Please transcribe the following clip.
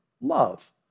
love